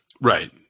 Right